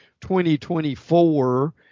2024